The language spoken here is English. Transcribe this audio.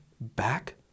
back